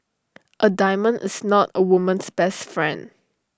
A diamond is not A woman's best friend